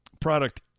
product